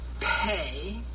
pay